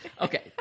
Okay